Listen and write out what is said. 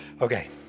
Okay